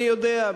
מי יודע,